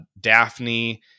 Daphne